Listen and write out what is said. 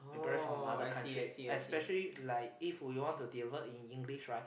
buy from other country especially like if we want to develop in English right